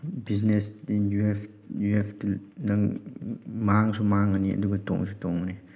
business then you help ꯅꯪ ꯃꯥꯡꯁꯨ ꯃꯥꯡꯒꯅꯤ ꯑꯗꯨꯒ ꯇꯣꯡꯁꯨ ꯇꯣꯡꯒꯅꯤ